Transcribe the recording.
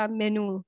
menu